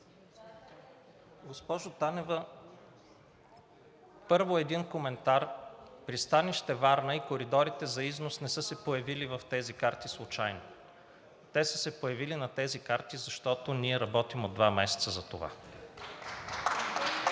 Госпожо Танева, първо, един коментар. Пристанище Варна и коридорите за износ не са се появили в тези карти случайно. Те са се появили на тези карти, защото ние работим от два месеца за това.